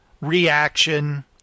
reaction